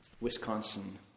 Wisconsin